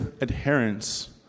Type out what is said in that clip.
adherence